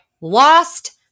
lost